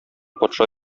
патша